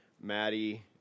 Maddie